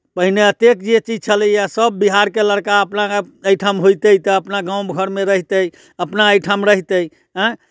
पहिने एतेक जे चीज छलैए सभ बिहारके लड़का अपना एहिठाम होइतै तऽ अपना गाम घरमे रहितै अपना एहिठाम रहितै आँय